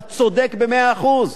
אתה צודק במאה אחוז.